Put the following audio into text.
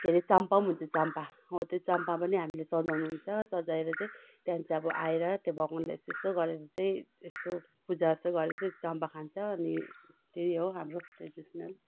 के हरे चाम्बा हुन्छ चाम्बा हो त्यो चाम्बा पनि हामीले सजाउनु हुन्छ सजाएर चाहिँ त्यहाँ चाहिँ अब आएर त्यो भगवान्ले यस्तो यस्तो गरेर चाहिँ यस्तो पूजा जस्तो गरेर चाहिँ चाम्बा खान्छ अनि त्यही हो हाम्रो ट्रेडिस्नल